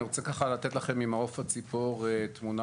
אני רוצה לתת לכם ממעוף הציפור תמונה